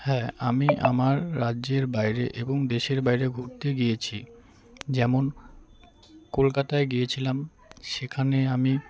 হ্যাঁ আমি আমার রাজ্যের বাইরে এবং দেশের বাইরে ঘুরতে গিয়েছি যেমন কলকাতায় গিয়েছিলাম সেখানে আমি